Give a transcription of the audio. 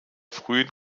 frühen